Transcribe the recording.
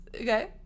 Okay